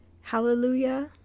Hallelujah